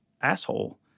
asshole